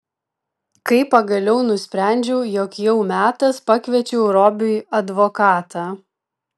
kai pagaliau nusprendžiau jog jau metas pakviečiau robiui advokatą